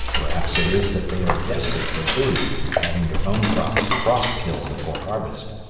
perhaps it is that they are desperate for food, having their own crops frost-killed before harvest.